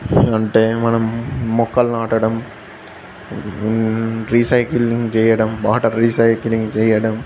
అంటే మనం మొక్కలు నాటడం రీసైకిలింగ్ చేయడం వాటర్ రీసైకిలింగ్ చేయడం